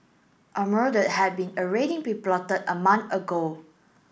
a murder had been already been plotted a month ago